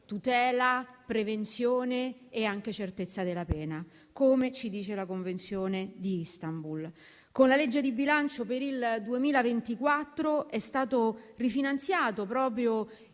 tutela, prevenzione e anche certezza della pena, come afferma la Convenzione di Istanbul. Con la legge di bilancio per il 2024 è stato rifinanziato, proprio in